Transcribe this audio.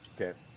Okay